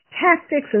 tactics